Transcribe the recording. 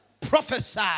Prophesy